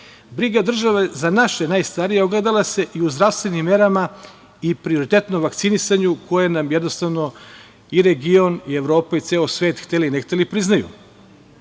države za naše najstarije ogledala se i u zdravstvenim merama i prioritetnom vakcinisanju za koje nam jednostavno i region i Evropa i ceo svet hteli, ne hteli priznaju.